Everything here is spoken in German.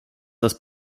das